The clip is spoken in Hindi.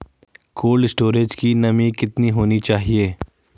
कोल्ड स्टोरेज की नमी कितनी होनी चाहिए?